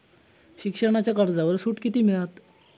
शिक्षणाच्या कर्जावर सूट किती मिळात?